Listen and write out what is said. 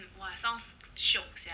!wah! sounds shiok sia